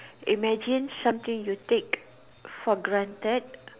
imagine something you take for granted